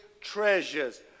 treasures